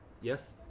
Yes